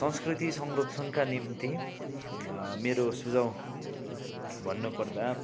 संस्कृति संरक्षणका निम्ति मेरो सुझाव भन्नुपर्दा